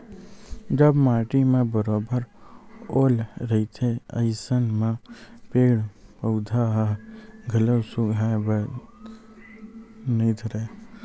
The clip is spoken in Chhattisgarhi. जब माटी म बरोबर ओल रहिथे अइसन म पेड़ पउधा ह घलो सुखाय बर नइ धरय